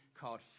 called